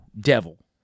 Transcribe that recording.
devil